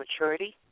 maturity